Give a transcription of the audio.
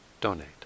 donate